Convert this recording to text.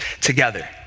together